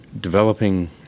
developing